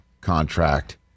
contract